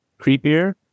creepier